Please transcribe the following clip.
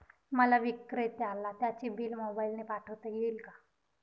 मला विक्रेत्याला त्याचे बिल मोबाईलने पाठवता येईल का?